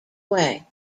way